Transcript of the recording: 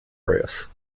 reus